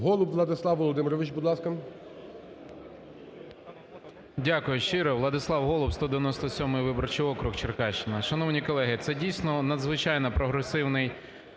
Голуб Владислав Володимирович, будь ласка. 17:00:05 ГОЛУБ В.В. Дякую щиро, Владислав Голуб, 197 виборчий округ, Черкащина. Шановні колеги, це, дійсно, надзвичайно прогресивний